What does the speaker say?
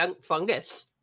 fungus